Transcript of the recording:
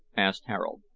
asked harold.